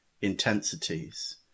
intensities